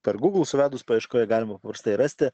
per google suvedus paieškoje galima paprastai rasti